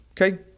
Okay